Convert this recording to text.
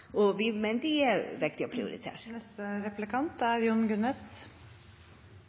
og vi mener dette er viktig å prioritere. Jernbanen er bedre enn den var før. Det er